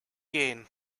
gain